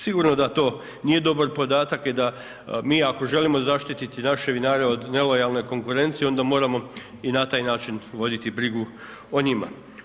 Sigurno da to nije dobar podataka i da mi ako želimo zaštititi naše vinare od nelojalne konkurencije, onda moramo i na taj način voditi brigu o njima.